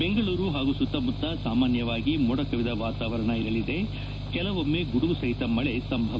ಬೆಂಗಳೂರು ಹಾಗೂ ಸುತ್ತಮುತ್ತ ಸಾಮಾನ್ಯವಾಗಿ ಮೋಡಕವಿದ ವಾತಾವರಣ ಇರಲಿದೆ ಕೆಲವೊಮ್ನೆ ಗುಡುಗು ಸಹಿತ ಮಳೆ ಸಂಭವ